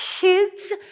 kids